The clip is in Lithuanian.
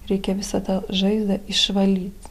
reikia visą tą žaizdą išvalyt